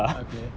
okay